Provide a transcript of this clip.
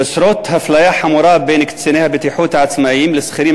ויוצרות אפליה חמורה בין קציני הבטיחות העצמאים לשכירים,